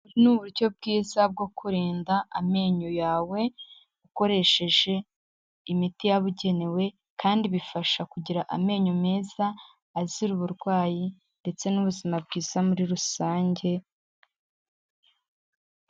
Ubu ni uburyo bwiza bwo kurinda amenyo yawe ukoresheje imiti yabugenewe, kandi bifasha kugira amenyo meza azira uburwayi ndetse n'ubuzima bwiza muri rusange.